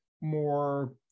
more